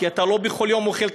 כי אתה לא בכל יום אוכל חומוס,